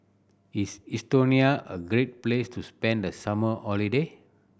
is Estonia a great place to spend the summer holiday